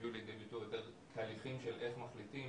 הביאו לידי ביטוי יותר תהליכים של איך מחליטים